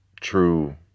true